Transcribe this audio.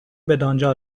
بدانجا